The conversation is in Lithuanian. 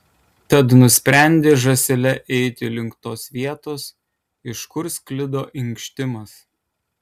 tad nusprendė žąsele eiti link tos vietos iš kur sklido inkštimas